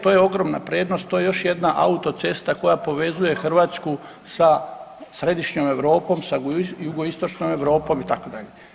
To je ogromna prednost, to je još jedna autocesta koja povezuje Hrvatsku sa Središnjom Europom sa Jugoistočnom Europom itd.